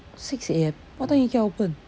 six A_M what time ikea open